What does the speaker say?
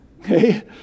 Okay